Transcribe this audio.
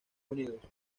unidos